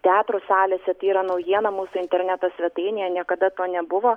teatrų salėse tai yra naujiena mūsų interneto svetainėje niekada to nebuvo